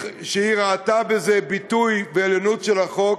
שראתה בזה ביטוי לעליונות של החוק: